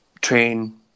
train